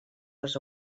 les